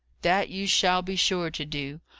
that you shall be sure to do.